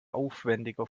aufwendiger